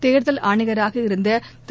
தேர்தல் ஆணையராக இருந்த திரு